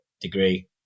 degree